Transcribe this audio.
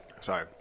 Sorry